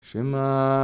Shema